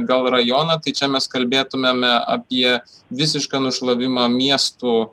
gal rajoną tai čia mes kalbėtumėme apie visišką nušlavimą miestų